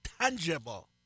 tangible